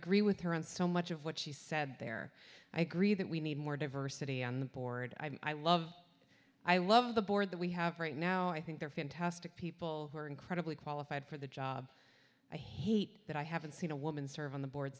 read with her on so much of what she said there i agree that we need more diversity on the board i love i love the board that we have right now i think they're fantastic people who are incredibly qualified for the job i hate that i haven't seen a woman serve on the board